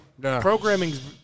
programming's